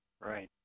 Right